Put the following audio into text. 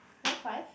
one five